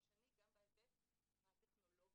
חדשני גם בהיבט הטכנולוגי,